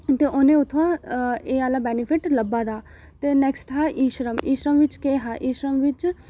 ते उ'नें ई उत्थुआं एह् आह्ला बैनिफिट लब्भै दा ते नैक्सट हा इ श्रम इ श्रम बिच केह् हा इ श्रम बिच